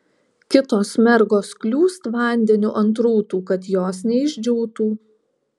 kitos mergos kliūst vandeniu ant rūtų kad jos neišdžiūtų